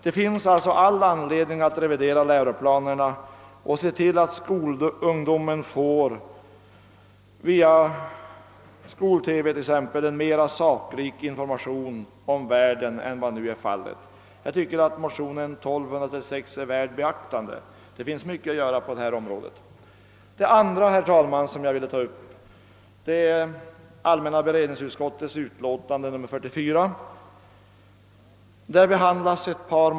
Det finns alltså all anledning att revidera läroplanerna och se till att skolungdomen t.ex. via skol-TV får en mer sakrik information om världen än vad som nu är fallet. Motionerna är värda beaktande; det finns mycket att göra på detta område.